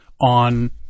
On